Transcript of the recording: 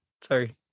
Sorry